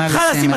נא לסיים.